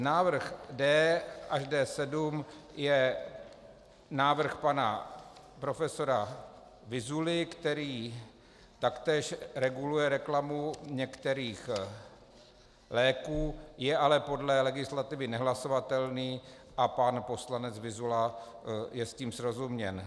Návrh D až D7 je návrh pana profesora Vyzuly, který taktéž reguluje reklamu některých léků, je ale podle legislativy nehlasovatelný a pan poslanec Vyzula je s tím srozuměn.